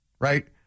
right